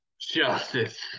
Justice